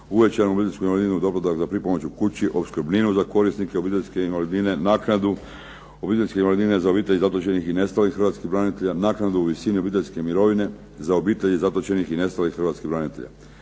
uvećanu obiteljsku invalidninu, doplatak za pripomoć u kući, opskrbninu za korisnike obiteljske invalidnine, naknadu obiteljske invalidnine za obitelji zatočenih i nestalih hrvatskih branitelja, naknadu u visini obiteljske mirovine za obitelji zatočenih i nestalih hrvatskih branitelja,